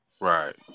Right